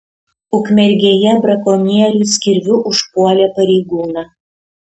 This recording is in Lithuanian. ukmergėje brakonierius kirviu užpuolė pareigūną